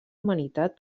humanitat